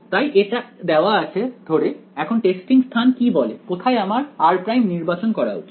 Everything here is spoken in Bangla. তাই এটা দেওয়া আছে ধরে এখন টেস্টিং স্থান কি বলে কোথায় আমার r' নির্বাচন করা উচিত